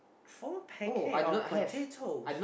four packet of potatoes